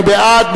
מי בעד?